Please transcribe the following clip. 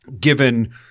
given